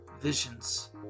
Visions